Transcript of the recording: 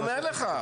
אז אני אומר לך.